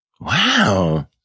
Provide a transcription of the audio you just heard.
Wow